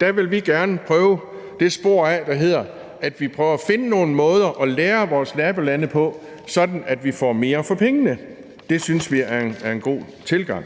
vil vi gerne prøve det spor af, hvor vi forsøger at finde nogle måder at lære af vores nabolande på, sådan at vi får mere for pengene. Det synes vi er en god tilgang.